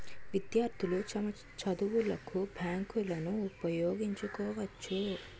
విద్యార్థులు తమ చదువులకు బ్యాంకులను ఉపయోగించుకోవచ్చు